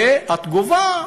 והתגובה,